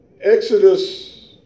Exodus